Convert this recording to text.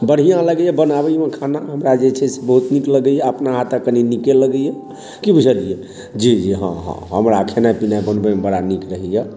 बढ़िआँ लगैया बनाबएमे खाना हमरा जे छै से बहुत निक लगैया अपना हाथक कनि नीके लगैया कि बुझलियै जी जी हँ हँ हमरा खेनाइ पिनाइ बनबएमे बड़ा नीक रहैया